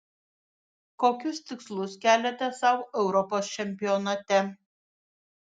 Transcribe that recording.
kokius tikslus keliate sau europos čempionate